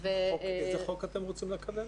חוק אתם רוצים לקדם?